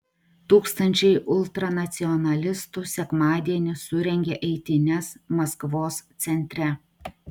tūkstančiai ultranacionalistų sekmadienį surengė eitynes maskvos centre